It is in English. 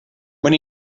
when